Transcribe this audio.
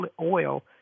oil